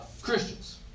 Christians